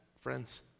friends